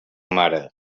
mare